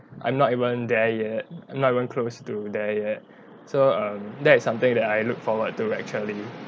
I'm not even there yet not even close to there yet so um that is something that I look forward to actually